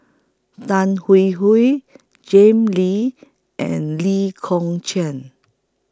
Tan Hwee Hwee Jim Lee and Lee Kong Chian